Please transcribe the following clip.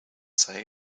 say